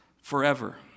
forever